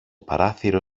παράθυρο